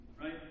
right